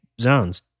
zones